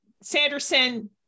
Sanderson